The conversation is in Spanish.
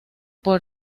por